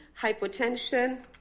hypotension